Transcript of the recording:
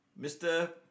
Mr